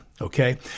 okay